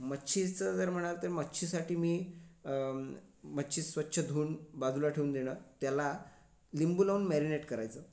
मच्छीचं जर म्हणाल तर मच्छीसाठी मी मच्छी स्वच्छ धुऊन बाजूला ठेऊन देणार त्याला लिंबू लाऊन मॅरीनेट करायचं